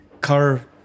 car